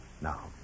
Now